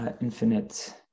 infinite